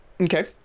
okay